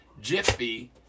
Jiffy